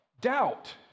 Doubt